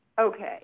Okay